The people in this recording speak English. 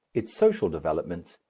its social developments,